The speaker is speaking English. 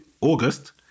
August